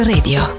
Radio